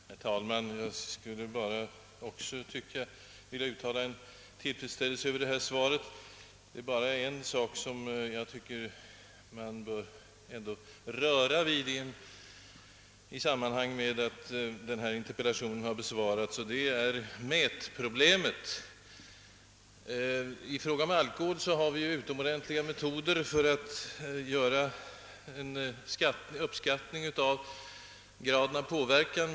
Herr talman! Jag skulle också vilja uttala min tillfredsställelse över svaret, men det är en sak som jag tycker man bör röra vid i samband med att denna interpellation besvarats, nämligen mätproblemet. I fråga om alkohol har vi utomordentliga metoder för att göra en uppskattning av graden av påverkan.